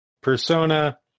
persona